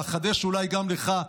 ואחדש אולי גם לך,